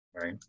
right